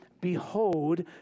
behold